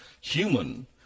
human